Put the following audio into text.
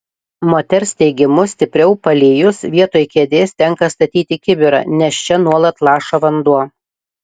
moters teigimu stipriau palijus vietoj kėdės tenka statyti kibirą nes čia nuolat laša vanduo